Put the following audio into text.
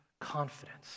confidence